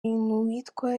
uwitwa